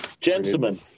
Gentlemen